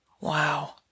Wow